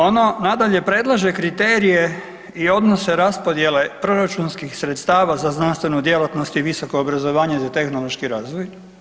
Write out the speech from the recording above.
Ono nadalje predlaže kriterije i odnose raspodjele proračunskih sredstava za znanstvenu djelatnost i visoko obrazovanje za tehnološki razvoj.